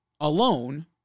alone